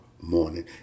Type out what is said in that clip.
morning